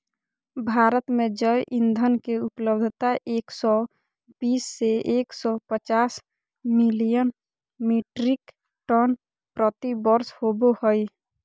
भारत में जैव ईंधन के उपलब्धता एक सौ बीस से एक सौ पचास मिलियन मिट्रिक टन प्रति वर्ष होबो हई